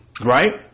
Right